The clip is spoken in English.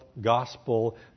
gospel